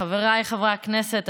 חבריי חברי הכנסת,